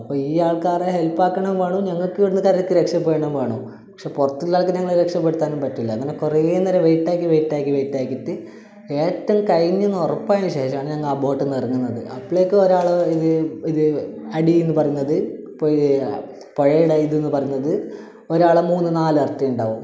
അപ്പം ഈ ആൾക്കാരെ ഹെൽപ്പാക്കണോ വേണോ ഞങ്ങക്ക് ഇവിടുന്ന് കരക്ക് രക്ഷപെടണോ വേണൊ പക്ഷേ പുറത്തുള്ള ആൾക്ക് ഞങ്ങളെ രക്ഷപെടുത്താനും പറ്റില്ല അങ്ങനെ കുറെ നേര വെയിറ്റ് ആക്കി വെയിറ്റ് ആക്കി വെയിറ്റ് ആക്കീട്ട് ഏറ്റം കഴിഞ്ഞെന്ന് ഉറപ്പായ ശേഷമാണ് ഞങ്ങളാ ബോട്ടിന്ന് ഇറങ്ങുന്നത് അപ്പളേക്കും ഒരാള് ഇത് ഇത് അടീന്ന് പറന്നത് പോയാ പുഴടടീ ന്ന് പറഞ്ഞത് ഒരാൾടെ മൂന്ന് നാലെരട്ടി ഉണ്ടാവും